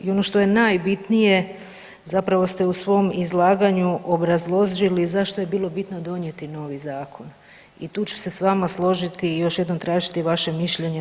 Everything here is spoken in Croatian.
I ono što je najbitnije zapravo ste u svom izlaganju obrazložili zašto je bilo bitno donijeti novi zakon i tu ću se s vama složiti i još jednom tražiti vaše mišljenje.